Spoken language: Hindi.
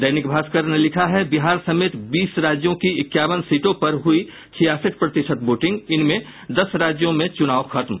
दैनिक भास्कर ने लिखा है बिहार समेत बीस राज्यों की इक्यावन सीटों पर हुयी छियासठ प्रतिशत वोटिंग इनमें दस राज्यों में चुनाव खत्म